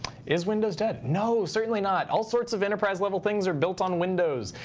is windows dead. no, certainly not. all sorts of enterprise level things are built on windows.